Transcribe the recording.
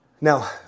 now